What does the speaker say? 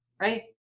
right